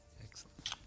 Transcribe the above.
Excellent